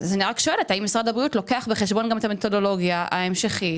האם משרד הבריאות לוקח בחשבון גם את המתודולוגיה ההמשכית,